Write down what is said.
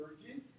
virgin